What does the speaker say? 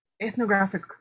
ethnographic